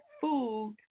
food